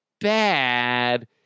bad